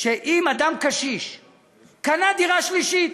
שאם אדם קשיש קנה דירה שלישית,